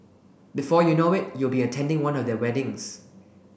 before you know it you'll be attending one of their weddings